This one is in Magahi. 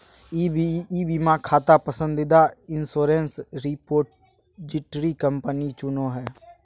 ई बीमा खाता पसंदीदा इंश्योरेंस रिपोजिटरी कंपनी चुनो हइ